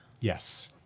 Yes